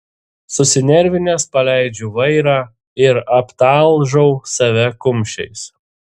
susinervinęs paleidžiu vairą ir aptalžau save kumščiais